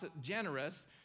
generous